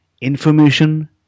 information